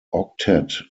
octet